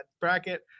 bracket